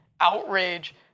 outrage